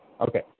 Okay